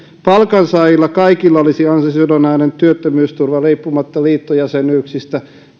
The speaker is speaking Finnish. palkansaajilla olisi ansiosidonnainen työttömyysturva riippumatta liittojäsenyyksistä